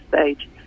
stage